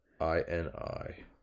I-N-I